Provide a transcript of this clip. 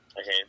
Okay